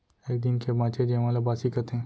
एक दिन के बांचे जेवन ल बासी कथें